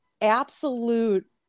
absolute